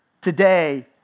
today